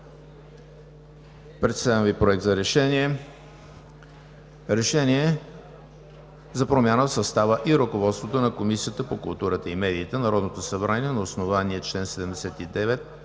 Представям Ви: „Проект! РЕШЕНИЕ за промяна в състава и ръководството на Комисията по културата и медиите Народното събрание на основание чл. 79,